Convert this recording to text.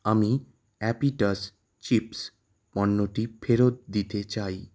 আমি অ্যাপিটাস চিপস পণ্যটি ফেরত দিতে চাই